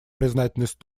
признательность